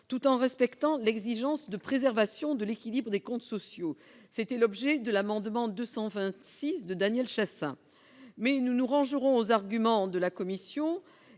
tout en respectant l'exigence de préservation de l'équilibre des comptes sociaux. Tel était l'objet de l'amendement n° 226 rectifié de Daniel Chasseing. En définitive, nous nous rangeons aux arguments de la commission